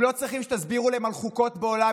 הם לא צריכים שתסבירו להם על חוקות בעולם.